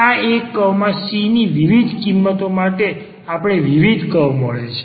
આ એક કર્વમાં c ની વિવિધ કિંમતો માટે આપણે વિવિધ કર્વ મળે છે